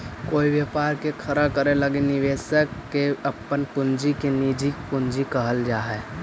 कोई व्यापार के खड़ा करे लगी निवेशक के अपन पूंजी के निजी पूंजी कहल जा हई